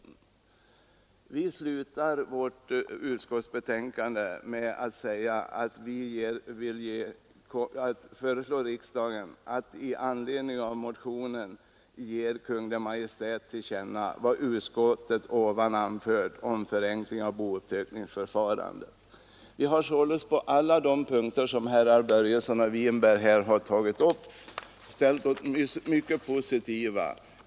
Vi slutar vårt betänkande med att hemställa ”att riksdagen i anledning av motionen 1974:973 ger Kungl. Maj:t till känna vad utskottet ovan anfört om en förenkling av bouppteckningsförfarandet”. På alla de punkter som herr Börjesson i Falköping och herr Winberg här har tagit upp har vi således ställt oss mycket positiva.